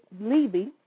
Levy